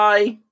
Bye